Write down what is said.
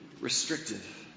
restrictive